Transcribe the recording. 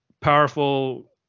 powerful